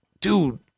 dude